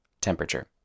Temperature